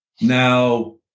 Now